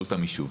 באמצעות המישוב.